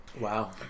Wow